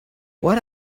what